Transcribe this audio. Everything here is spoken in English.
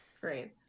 Great